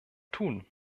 tun